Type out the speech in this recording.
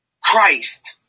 Christ